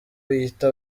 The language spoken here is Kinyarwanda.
biyita